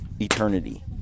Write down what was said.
eternity